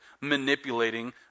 manipulating